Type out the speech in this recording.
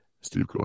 steve